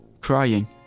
crying